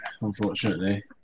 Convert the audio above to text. unfortunately